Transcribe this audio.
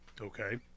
Okay